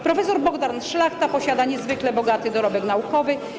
Prof. Bogdan Szlachta posiada niezwykle bogaty dorobek naukowy.